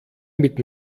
mit